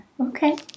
Okay